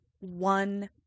one